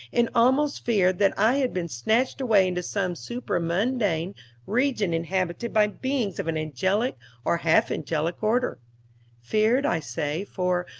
and almost feared that i had been snatched away into some supra-mundane region inhabited by beings of an angelic or half-angelic order feared, i say, for,